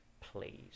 please